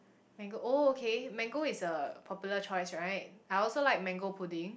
mango oh okay mango is a popular choice right I also like mango pudding